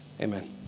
Amen